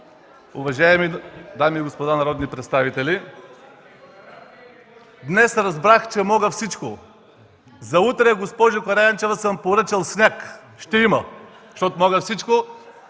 Уважаеми дами и господа народни представители! Днес разбрах, че мога всичко. За утре, госпожо Караянчева, съм поръчал сняг – ще има, защото мога всичко.